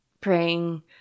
praying